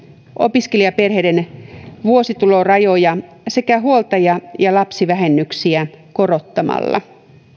opiskelijaperheiden vuositulorajoja sekä huoltaja ja lapsivähennyksiä